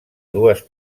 dues